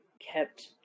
kept